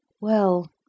Well—